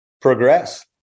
progress